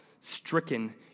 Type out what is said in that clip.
stricken